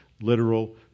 literal